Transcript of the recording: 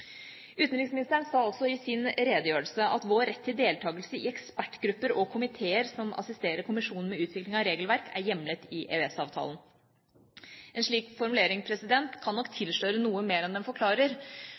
Utenriksministeren sa også i sin redegjørelse: «Vår rett til deltakelse i ekspertgrupper og komiteer som assisterer kommisjonen med utvikling av regelverk, er hjemlet i EØS-avtalen.» En slik formulering kan nok